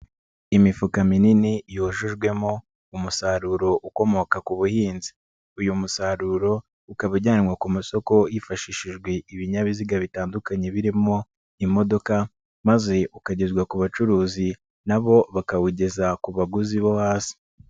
Imifuka minini yujujwemo umusaruro ukomoka ku buhinzi, uyu musaruro ukaba ujyanwa ku masoko hifashishijwe ibinyabiziga bitandukanye birimo imodoka maze ukagezwa ku bacuruzi, na bo bakawugeza ku baguzi bo hasi.